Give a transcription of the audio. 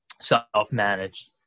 self-managed